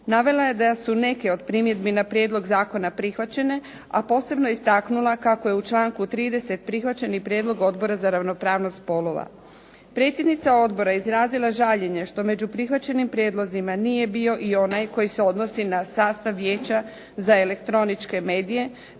Navela je da su neke od primjedbi na prijedlog zakona prihvaćene, a posebno je istaknula kako je u članku 30. prihvaćen i prijedlog Odbora za ravnopravnost spolova. Predsjednica odbora je izrazila žaljenje što među prihvaćenim prijedlozima nije bio i onaj koji se odnosi na sastav Vijeća za elektroničke medije,